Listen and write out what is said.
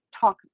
talk